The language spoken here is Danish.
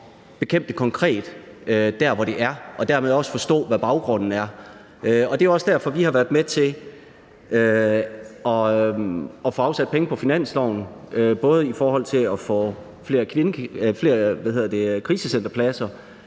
bekæmpe det konkret der, hvor det er, og dermed også forstå, hvad baggrunden er. Det er også derfor, vi har været med til at få afsat penge på finansloven, både i forhold til at få flere krisecenterpladser,